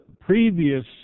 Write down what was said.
previous